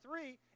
three